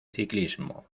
ciclismo